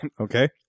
Okay